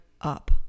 up